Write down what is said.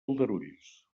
aldarulls